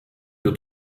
wir